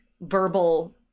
verbal